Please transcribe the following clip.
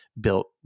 built